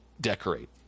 decorate